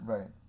Right